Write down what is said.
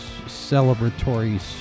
celebratory